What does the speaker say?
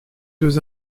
deux